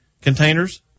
containers